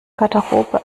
garderobe